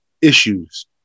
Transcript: issues